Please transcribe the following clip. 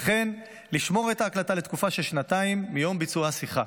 וכן לשמור את ההקלטה לתקופה של שנתיים מיום ביצוע השיחה.